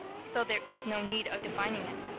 so there is no need of defining it.